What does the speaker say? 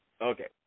Okay